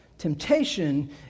Temptation